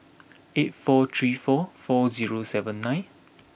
eight four three four four zero seven nine